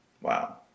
Wow